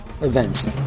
events